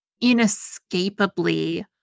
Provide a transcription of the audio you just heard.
inescapably